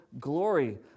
glory